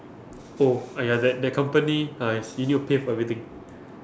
oh !aiya! that that company !hais! you need to pay for everything